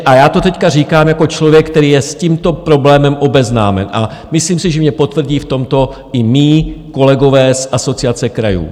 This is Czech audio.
A já to teď říkám jako člověk, který je s tímto problémem obeznámený, a myslím, že mně potvrdí v tomto i mí kolegové z Asociace krajů.